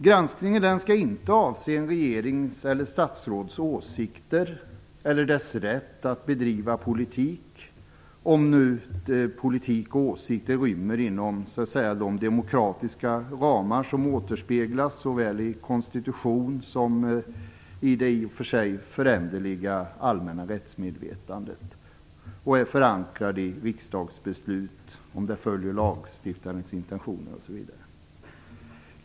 Granskningen skall inte avse en regerings eller statsråds åsikter eller rätt att bedriva politik, om nu politik och åsikter ryms inom de demokratiska ramar som återspeglas såväl i konstitutionen som det i och för sig föränderliga allmänna rättsmedvetandet och är förankrade i riksdagsbeslut, följer lagstiftarens intentioner, osv.